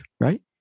right